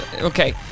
Okay